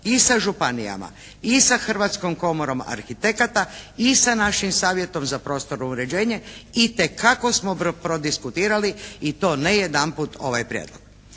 i sa županijama i sa Hrvatskom komorom arhitekata i sa našim savjetom za prostorno uređenje itekako smo prodiskutirali i to ne jedanput ovaj Prijedlog.